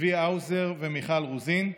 צבי האוזר ומיכל רוזין.